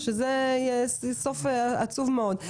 שזה יהיה סוף עצוב מאוד.